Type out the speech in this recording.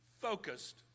focused